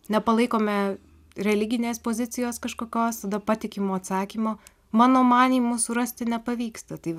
nepalaikome religinės pozicijos kažkokios tada patikimo atsakymo mano manymu surasti nepavyksta tai